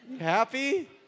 Happy